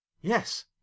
yes